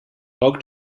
rook